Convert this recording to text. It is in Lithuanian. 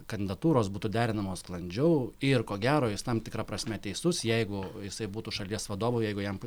kandidatūros būtų derinamos sklandžiau ir ko gero jis tam tikra prasme teisus jeigu jisai būtų šalies vadovu jeigu jam